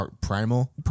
Primal